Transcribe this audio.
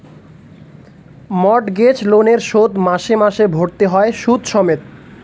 mortgage লোনের শোধ মাসে মাসে ভরতে হয় সুদ সমেত